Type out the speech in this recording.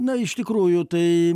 na iš tikrųjų tai